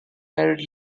married